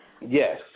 Yes